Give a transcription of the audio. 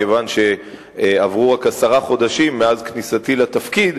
כיוון שעברו רק עשרה חודשים מאז כניסתי לתפקיד,